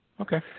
okay